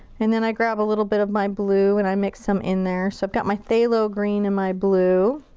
and then i grab a little bit of my blue and i mix some in there so i've got my phthalo green and my blue.